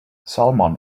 salmon